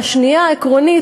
והשנייה עקרונית,